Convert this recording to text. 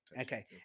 Okay